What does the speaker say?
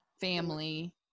family